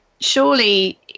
surely